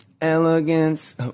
Elegance